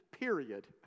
period